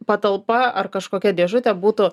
patalpa ar kažkokia dėžutė būtų